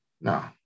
No